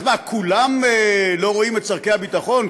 אז מה, כולם לא רואים את צורכי הביטחון?